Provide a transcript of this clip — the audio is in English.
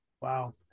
Wow